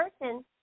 person